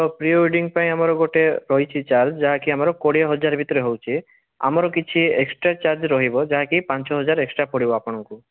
ଆମର pre wedding ପାଇଁ ଆମର ଗୋଟେ ରହିଛି ଚାର୍ଜ ଯାହାକି ଆମର କୋଡ଼ିଏ ହଜାର ଭିତରେ ହେଉଛି ଆମର କିଛି ଏକ୍ସଟ୍ରା ଚାର୍ଜ ରହିବ ଯାହାକି ପାଞ୍ଚ ହଜାର ଏକ୍ସଟ୍ରା ପଡ଼ିବ ଆପଣଙ୍କୁ